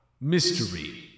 Mystery